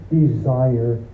desire